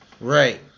Right